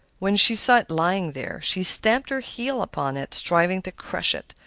when she saw it lying there, she stamped her heel upon it, striving to crush it.